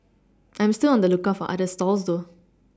I'm still on the lookout for other stalls though